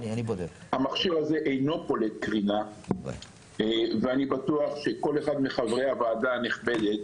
המכשיר הזה אינו פולט קרינה ואני בטוח שכל אחד מחברי הוועדה הנכבדת,